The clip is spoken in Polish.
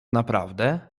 naprawdę